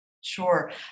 Sure